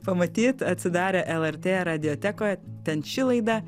pamatyt atsidarę lrt radiotekoje ten ši laida